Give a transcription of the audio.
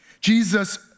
Jesus